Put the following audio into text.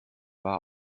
war